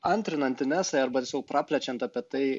antrinant inesai arba tiksliau praplečiant apie tai